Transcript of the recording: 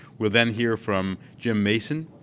we'll then hear from jim mason